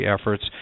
efforts